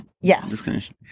Yes